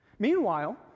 Meanwhile